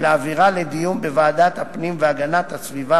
ולהעבירה לוועדת הפנים והגנת הסביבה